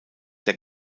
der